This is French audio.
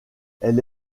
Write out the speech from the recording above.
elle